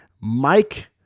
Mike